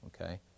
okay